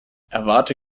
erwarte